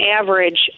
average